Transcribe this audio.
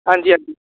आंजी आंजी